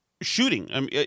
shooting